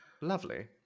lovely